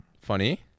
Funny